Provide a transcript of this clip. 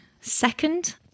second